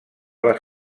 les